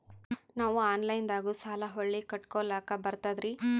ನಾವು ಆನಲೈನದಾಗು ಸಾಲ ಹೊಳ್ಳಿ ಕಟ್ಕೋಲಕ್ಕ ಬರ್ತದ್ರಿ?